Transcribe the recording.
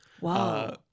Wow